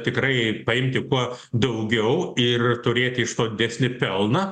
tikrai paimti kuo daugiau ir turėti iš to didesnį pelną